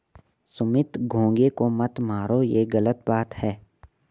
सुमित घोंघे को मत मारो, ये गलत बात है